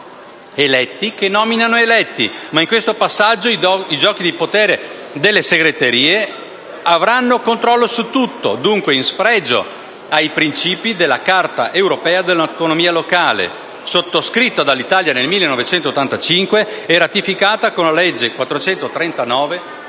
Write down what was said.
(eletti che nominano eletti). Tuttavia, in questo passaggio i giochi di potere delle segreterie avranno controllo su tutto, dunque in sfregio ai principi della Carta europea dell'autonomia locale, sottoscritta dall'Italia nel 1985 e ratificata con la legge n.